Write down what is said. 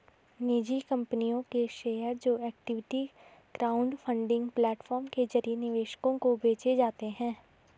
निजी कंपनियों के शेयर जो इक्विटी क्राउडफंडिंग प्लेटफॉर्म के जरिए निवेशकों को बेचे जाते हैं